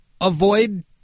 Avoid